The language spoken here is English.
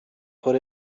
put